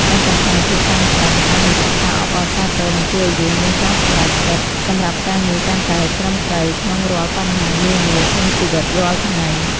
កាត់បន្ថយភាពតានតឹងតាមរយៈការអបអរសាទរនឹងជួយឱ្យយើងមានការសម្រេចចិត្តសម្រាប់ការងារកាន់តែត្រឹមត្រូវក្នុងរាល់បញ្ហានានាក្នុងជីវិតរាល់ថ្ងៃ។